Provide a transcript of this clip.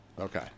Okay